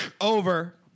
Over